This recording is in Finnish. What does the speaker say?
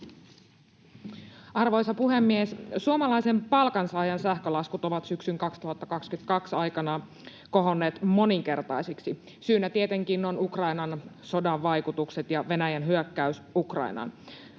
Arvoisa puhemies! Suomalaisen palkansaajan sähkölaskut ovat syksyn 2022 aikana kohonneet moninkertaisiksi. Syynä tietenkin ovat Ukrainan sodan vaikutukset ja Venäjän hyökkäys Ukrainaan.